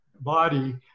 body